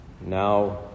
Now